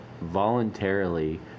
voluntarily